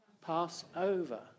Passover